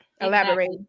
Elaborate